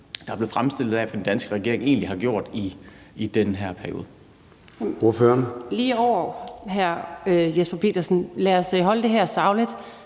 der blev fremstillet af, hvad den danske regering egentlig har gjort i den her periode.